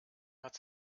hat